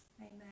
Amen